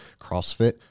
CrossFit